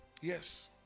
Yes